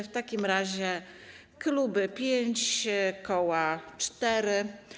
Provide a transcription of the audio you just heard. W takim razie kluby 5 minut, koła - 4.